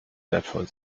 wertvoll